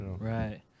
Right